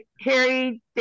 Harry